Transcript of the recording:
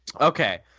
okay